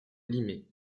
limay